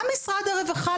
גם משרד הרווחה,